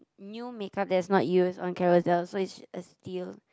new makeup that's not used on Carousell so it's a steal